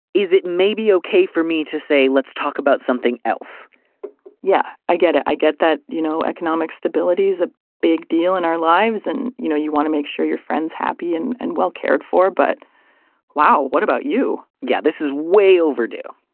is it maybe okay for me to say let's talk about something else yeah i get it. i get that you know economic stability is a big deal in our lives and you know you want to make sure your friend's happy and and well cared for but wow what about you. yeah. this is way overdue.